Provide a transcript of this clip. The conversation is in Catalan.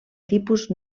tipus